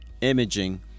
imaging